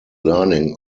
learning